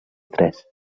tres